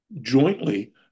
jointly